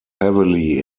heavily